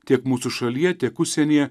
tiek mūsų šalyje tiek užsienyje